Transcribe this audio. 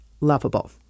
lovable